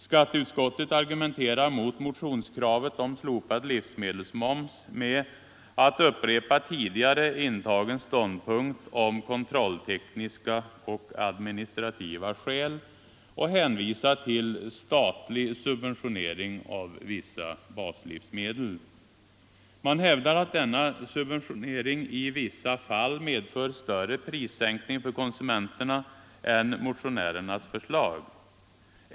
Skatteutskottet argumenterar mot motionskravet om slopad livsmedelsmoms med att upprepa tidigare intagen ståndpunkt om kontrolltekniska och administrativa skäl och att hänvisa till statlig subventionering av vissa baslivsmedel. Man hävdar att denna subventionering i vissa fall medför större prissänkningar för konsumenterna än motionärernas förslag.